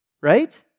Right